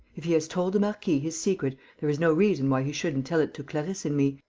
if he has told the marquis his secret, there is no reason why he shouldn't tell it to clarisse and me,